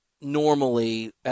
normally